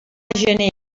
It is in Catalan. gener